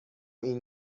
این